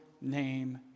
name